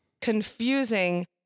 confusing